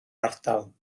ardal